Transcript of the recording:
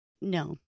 No